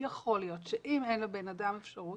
יכול להיות שאם אין לאדם אפשרות,